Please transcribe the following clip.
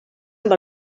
amb